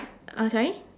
uh sorry